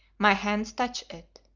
my hands touched it.